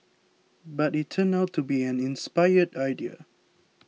but it turned out to be an inspired idea